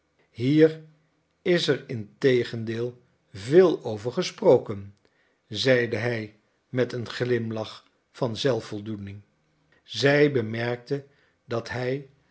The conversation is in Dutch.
hier is er integendeel veel over gesproken zeide hij met een glimlach van zelfvoldoening zij bemerkte dat hij